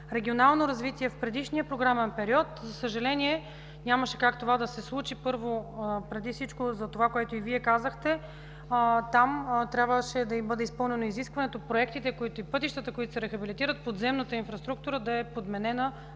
„Регионално развитие” в предишния програмен период. За съжаление, нямаше как да се случи това. Първо, преди всичко за това, което и Вие казахте, че там трябваше да бъде изпълнено изискването проектите и пътищата, които се рехабилитират, подземната инфраструктура да е подменена,